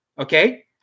okay